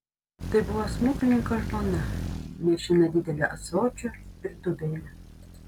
tai buvo smuklininko žmona nešina dideliu ąsočiu ir dubeniu